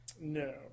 No